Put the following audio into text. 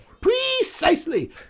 Precisely